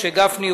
משה גפני,